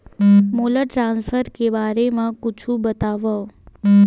मोला ट्रान्सफर के बारे मा कुछु बतावव?